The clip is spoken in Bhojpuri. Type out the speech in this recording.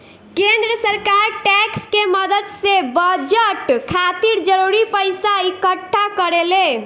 केंद्र सरकार टैक्स के मदद से बजट खातिर जरूरी पइसा इक्कठा करेले